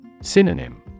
Synonym